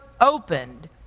opened